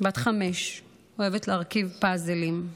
בת חמש, אוהבת להרכיב פאזלים.